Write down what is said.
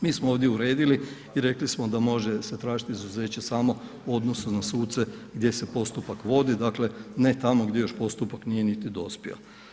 Mi smo ovdje uredili i rekli smo da se može tražiti izuzeće samo u odnosu na suce gdje se postupak vodi, dakle ne tamo gdje još postupak nije niti dospio.